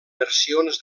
versions